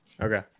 Okay